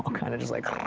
kinda just like